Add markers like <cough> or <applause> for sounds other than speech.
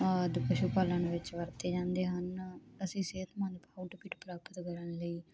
ਆਦਿ ਪਸ਼ੂ ਪਾਲਣ ਵਿੱਚ ਵਰਤੇ ਜਾਂਦੇ ਹਨ ਅਸੀਂ ਸਿਹਤਮੰਦ <unintelligible> ਪ੍ਰਾਪਤ ਕਰਨ ਲਈ